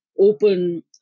open